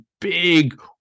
big